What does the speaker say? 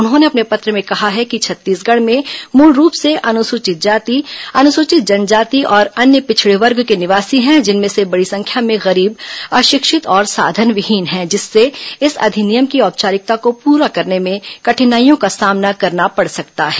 उन्होंने अपने पत्र में कहा है कि छत्तीसगढ़ में मुलरूप से अनुसूचित जाति अनुसूचित जनजाति और अन्य पिछड़े वर्ग के निवासी हैं जिनमें से बड़ी संख्या में गरीब अशिक्षित और साधनविहीन हैं जिससे इस अधिनियम की औपचारिकता को पूरा करने में कठिनाइयों का सामना करना पड़ सकता है